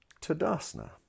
Tadasana